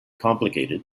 complicated